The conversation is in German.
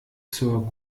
zur